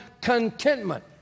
contentment